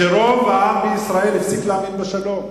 רוב העם בישראל הפסיק להאמין בשלום,